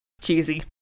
Cheesy